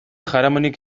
jaramonik